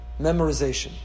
memorization